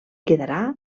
quedarà